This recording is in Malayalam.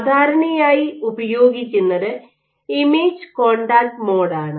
സാധാരണയായി ഉപയോഗിക്കുന്നത് ഇമേജിംഗ് കോൺടാക്റ്റ് മോഡ് ആണ്